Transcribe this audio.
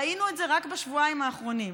ראינו את זה רק בשבועיים האחרונים.